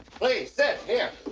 please, sit, here.